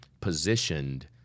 positioned